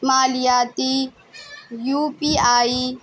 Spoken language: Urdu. مالیاتی یو پی آئی